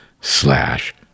slash